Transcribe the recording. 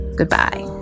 goodbye